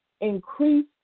increase